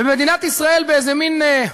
ומדינת ישראל באיזה מין,